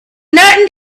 nothing